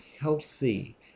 healthy